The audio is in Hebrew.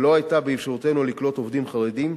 ולא היה באפשרותנו לקלוט עובדים חרדים,